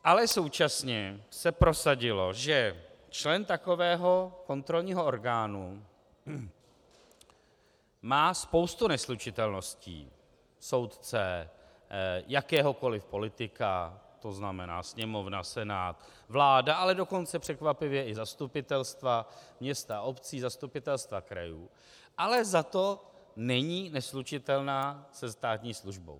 Ale současně se prosadilo, že člen takového kontrolního orgánu má spoustu neslučitelností soudce, jakéhokoli politika, tzn. Sněmovna, Senát, vláda, ale dokonce překvapivě i zastupitelstva měst a obcí, zastupitelstva krajů, ale zato není neslučitelná se státní službou.